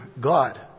God